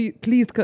Please